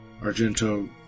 Argento